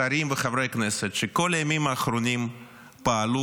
שרים וחברי כנסת שכל הימים האחרונים פעלו,